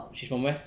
she's from where